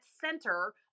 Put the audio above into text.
center